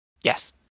yes